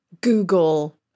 google